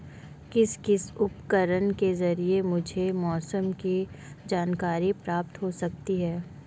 किस किस उपकरण के ज़रिए मुझे मौसम की जानकारी प्राप्त हो सकती है?